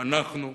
אנחנו,